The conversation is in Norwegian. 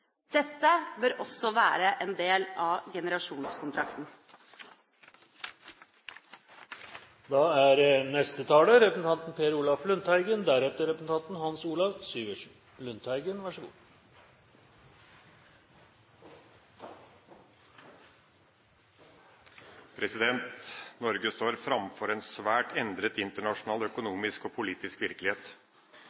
Dette bør også være en del av generasjonskontrakten. Norge står framfor en svært endret internasjonal